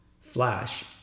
Flash